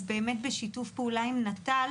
אז באמת בשיתוף פעולה עם נט"ל